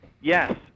Yes